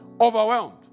overwhelmed